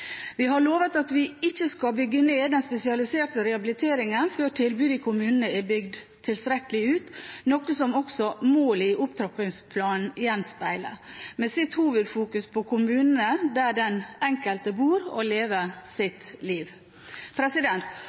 Vi har lovet at vi ikke skal bygge ned den spesialiserte rehabiliteringen før tilbudet i kommunene er bygget tilstrekkelig ut, noe som også målet i opptrappingsplanen gjenspeiler, med sitt hovedfokus på kommunene der den enkelte bor og lever sitt liv.